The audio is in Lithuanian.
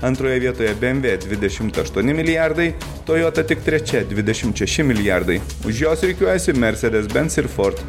antroje vietoje bmw dvidešimt aštuoni milijardai toyota tik trečia dvidešimt šeši milijardai už jos rikiuojasi mercedes benz ir ford